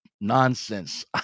nonsense